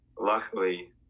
luckily